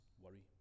worry